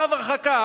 צו הרחקה.